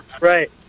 Right